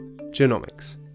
genomics